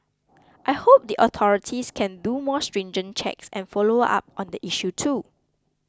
I hope the authorities can do more stringent checks and follow up on the issue too